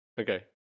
Okay